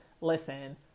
listen